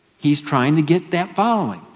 he's trying to get that following.